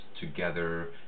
together